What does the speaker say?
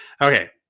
Okay